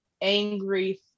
angry